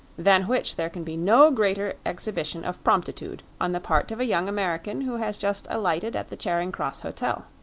than which there can be no greater exhibition of promptitude on the part of a young american who has just alighted at the charing cross hotel.